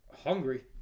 hungry